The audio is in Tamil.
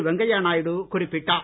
வெங்கையா நாயுடு குறிப்பிட்டார்